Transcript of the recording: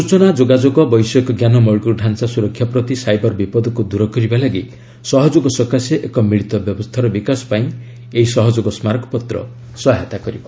ସୂଚନା ଯୋଗାଯୋଗ ବୈଷୟିକଞ୍ଜାନ ମୌଳିକ ଢାଞା ସୁରକ୍ଷା ପ୍ରତି ସାଇବର ବିପଦକୁ ଦୂର କରିବା ଲାଗି ସହଯୋଗ ସକାଶେ ଏକ ମିଳିତ ବ୍ୟବସ୍ଥାର ବିକାଶ ପାଇଁ ଏହି ସହଯୋଗ ସ୍କାରକପତ୍ର ସହାୟତା କରିବ